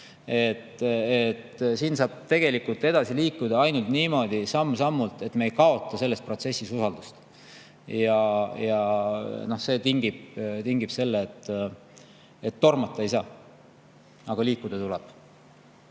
Siin saab tegelikult edasi liikuda ainult samm-sammult, et me ei kaotaks selles protsessis usaldust. See tingib selle, et tormata ei saa. Aga liikuda tuleb.